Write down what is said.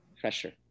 pressure